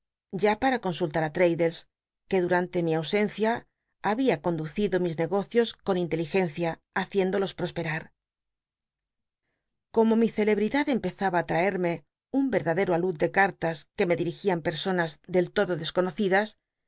ya pa ra consultar í l'raddles que dmante mi ausencia babia conducido mis negocios con inteligencia haciéndolos prospetat como mi cclebl'idad empezaba á traerme un verdadero alud de cartas que me dil'igian petsonas del lodo desconocidas